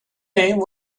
name